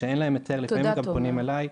כשאין להם היתר לפעמים הם גם פונים אליי.